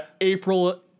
April